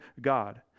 God